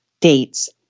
dates